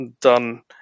done